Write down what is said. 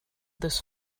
this